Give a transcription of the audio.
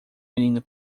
menino